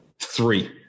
Three